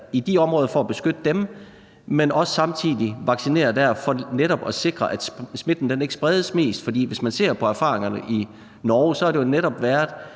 i de områder for at beskytte dem, men også samtidig vaccinerer der for netop at sikre, at smitten ikke spredes mest? For hvis man ser på erfaringerne i Norge, har de jo netop vist,